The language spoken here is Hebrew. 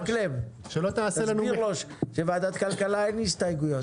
מקלב, תסביר לו שבוועדת הכלכלה אין הסתייגויות.